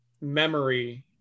memory